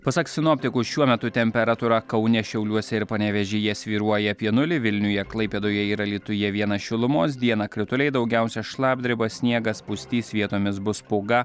pasak sinoptikų šiuo metu temperatūra kaune šiauliuose ir panevėžyje svyruoja apie nulį vilniuje klaipėdoje ir alytuje vienas šilumos dieną krituliai daugiausia šlapdriba sniegas pustys vietomis bus pūga